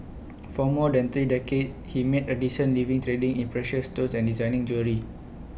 for more than three decades he made A decent living trading in precious stones and designing jewellery